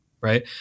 right